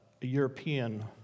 European